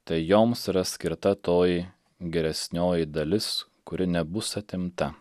tai joms yra skirta toji geresnioji dalis kuri nebus atimta